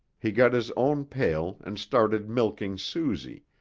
he got his own pail and started milking susie,